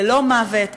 ללא מוות,